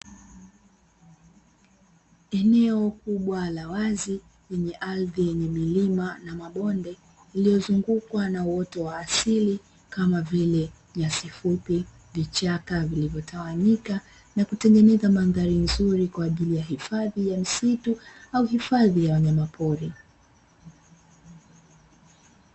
Eneo kubwa la wazi lenye ardhi yenye milima na mabonde lililozungukwa na uoto wa asili kama vile nyasi fupi, vichaka vilivyotawanyika na kutengeneza mandhari nzuri kwa ajili ya hifadhi ya msitu au hifadhi ya wanyamapori.